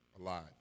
alive